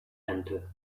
enter